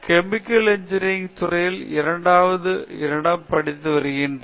chemical engineering துறையிலிருந்து இரண்டாவது வருடம் படித்து வருகிறேன்